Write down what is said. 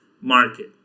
market